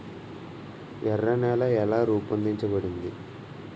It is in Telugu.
ఎర్ర నేల ఎలా రూపొందించబడింది?